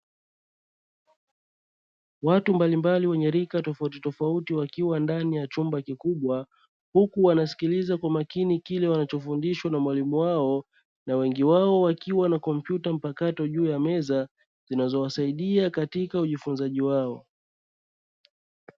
Watu mbalimbali wenye rika tofautitofauti wakiwa ndani ya chumba kikubwa huku wanasikiliza kwa makini kile wanachofundishwa na mwalimu wao, na wengi wao wakiwa na kompyuta mpakato juu ya meza zinazowasaidia katika ujifunzaji wao.